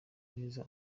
neza